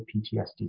PTSD